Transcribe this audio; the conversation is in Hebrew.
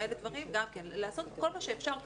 גם כאן לעשות כל מה שאפשר במרחב הפתוח.